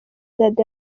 dada